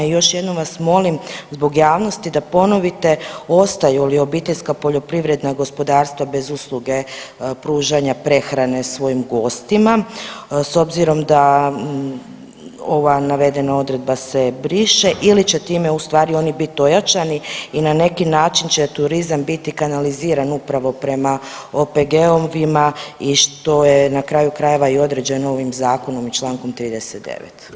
I još jednom vas molim zbog javnosti da ponovite ostaju li obiteljska poljoprivredna gospodarstva bez usluge pružanja prehrane svojim gostima s obzirom da ova navedena odredba se briše ili će time u stvari oni biti ojačani i na neki način će turizam biti kanaliziran upravo prema OPG-ovim i što je na kraju krajeva i određeno ovim zakonom i Člankom 39.